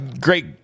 Great